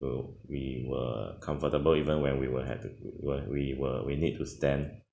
we were comfortable even when we were had to when we were we need to stand